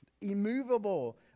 immovable